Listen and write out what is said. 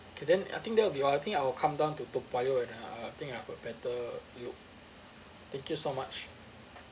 okay then I think that will be all I think I'll come down to toa payoh and uh uh I think I'll have a better look thank you so much